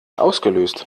ausgelöst